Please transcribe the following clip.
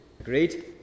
Agreed